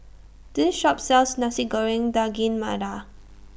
This Shop sells Nasi Goreng Daging Merah